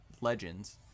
legends